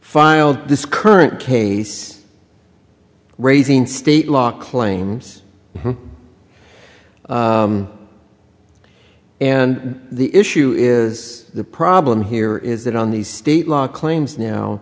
filed this current case raising state law claims and the issue is the problem here is that on the state law claims now